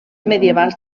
medievals